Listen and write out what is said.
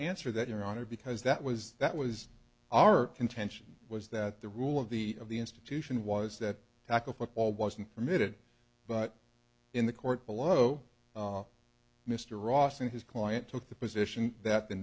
answer that your honor because that was that was our contention was that the rule of the of the institution was that tackle football wasn't permitted but in the court below mr ross and his client took the position that the